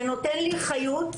זה נותן לי חיות,